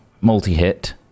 Multi-hit